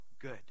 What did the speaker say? good